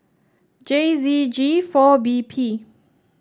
J Z G four B P